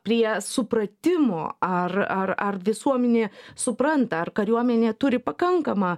prie supratimo ar ar ar visuomenė supranta ar kariuomenė turi pakankamą